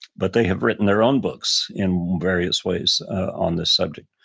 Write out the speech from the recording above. but they have written their own books in various ways on this subject.